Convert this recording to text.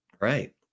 right